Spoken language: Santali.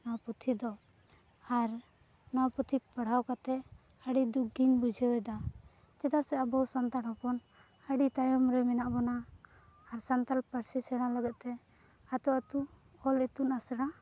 ᱱᱚᱣᱟ ᱯᱩᱛᱷᱤ ᱫᱚ ᱟᱨ ᱱᱚᱣᱟ ᱯᱩᱛᱷᱤ ᱯᱟᱲᱦᱟᱣ ᱠᱟᱛᱮᱫ ᱟᱹᱰᱤ ᱫᱩᱠ ᱜᱤᱧ ᱵᱩᱡᱷᱟᱹᱣ ᱮᱫᱟ ᱪᱮᱫᱟᱜ ᱥᱮ ᱟᱵᱚ ᱥᱟᱱᱛᱟᱲ ᱦᱚᱯᱚᱱ ᱟᱹᱰᱤ ᱛᱟᱭᱚᱢ ᱨᱮ ᱢᱮᱱᱟᱜ ᱵᱚᱱᱟ ᱟᱨ ᱥᱟᱱᱛᱟᱞ ᱯᱟᱹᱨᱥᱤ ᱥᱮᱬᱟ ᱞᱟᱹᱜᱤᱫᱼᱛᱮ ᱟᱹᱛᱩ ᱟᱛᱩ ᱚᱞ ᱤᱛᱩᱱ ᱟᱥᱲᱟ